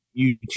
YouTube